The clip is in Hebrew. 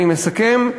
אני מסכם.